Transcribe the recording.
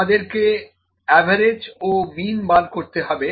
আমাদেরকে অ্যাভারেজ ও মিন বার করতে হবে